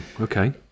okay